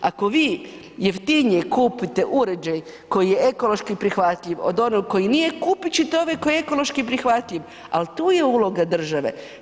Ako vi jeftinije kupite uređaj koji je ekološki prihvatljiv od onog koji nije, kupit ćete ovaj koji je ekološki prihvatljiv, al tu je uloga države.